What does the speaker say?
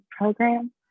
program